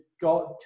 got